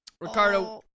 Ricardo